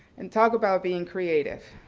and talk about being creative,